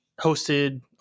hosted